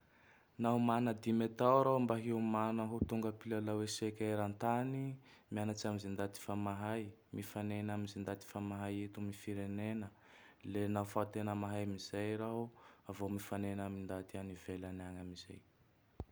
Nao mana Dimy tao raho mba hiomanako ho tonga mpilalao eseke eran-tany. Mianatse am ze ndaty fa mahay. Mifanena am ze ndaty fa mahay eto am firenena. Le nao fa tena mahay amizay raho, vô mifanena am ndaty ivelany any amin'izay.